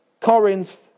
Corinth